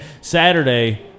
Saturday